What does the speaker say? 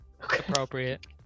Appropriate